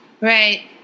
Right